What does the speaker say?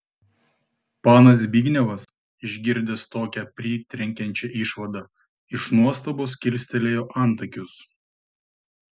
panas zbignevas išgirdęs tokią pritrenkiančią išvadą iš nuostabos kilstelėjo antakius